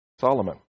Solomon